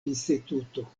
instituto